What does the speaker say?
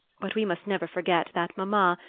but we must never forget that mamma,